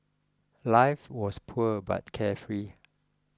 life was poor but carefree